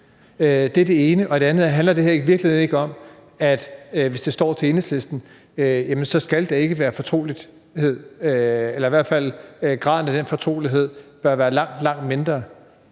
Det er det ene. Det andet er: Handler det her i virkeligheden ikke om, at hvis det står til Enhedslisten, skal der ikke være fortrolighed, eller i hvert fald bør graden af den fortrolighed være langt, langt mindre?